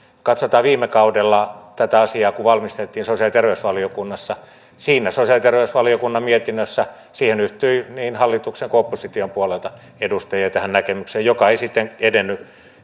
viime kaudella kun tätä asiaa valmisteltiin sosiaali ja terveysvaliokunnassa sosiaali ja terveysvaliokunnan mietinnössä yhtyi niin hallituksen kuin opposition puolelta edustajia tähän näkemykseen joka ei sitten edennyt